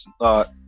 thought